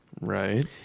Right